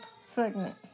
segment